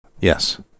yes